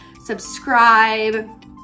subscribe